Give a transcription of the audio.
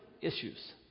issues